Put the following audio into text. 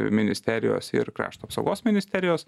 ministerijos ir krašto apsaugos ministerijos